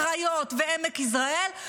קריות ועמק יזרעאל.